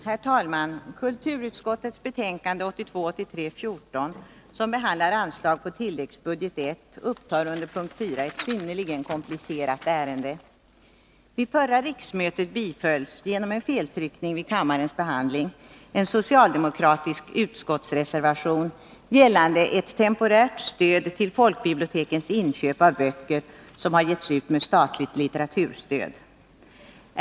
Herr talman! Kulturutskottets betänkande 1982/83:14, som behandlar anslag på tilläggsbudget I, upptar under p. 4 ett synnerligen komplicerat ärende. Vid förra riksmötet bifölls genom en feltryckning vid kammarens behandling en socialdemokratisk utskottsreservation gällande ett temporärt stöd till folkbibliotekens inköp av böcker som har getts ut med statligt litteraturstöd.